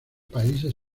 países